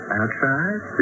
outside